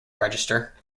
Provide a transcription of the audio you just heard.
register